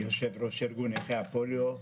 אני יושב-ראש ארגון נכי הפוליו,